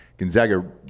Gonzaga